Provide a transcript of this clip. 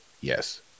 Yes